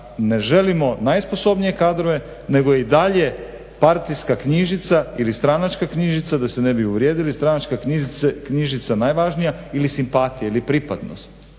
ne želimo najsposobnije kadrove nego i dalje partijska knjižica ili stranačka knjižica da se ne bi uvrijedili, stranačka knjižica je najvažnija ili simpatije ili pripadnost.